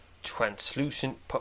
translucent